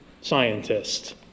scientist